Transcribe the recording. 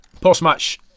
Post-match